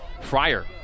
Fryer